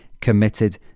committed